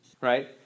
right